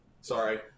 Sorry